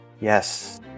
Yes